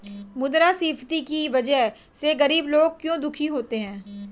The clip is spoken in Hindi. मुद्रास्फीति की वजह से गरीब लोग क्यों दुखी होते हैं?